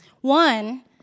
One